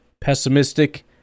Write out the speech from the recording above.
pessimistic